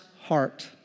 heart